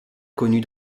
connues